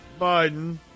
Biden